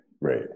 right